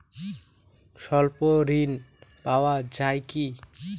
স্বল্প ঋণ পাওয়া য়ায় কি?